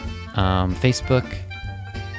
Facebook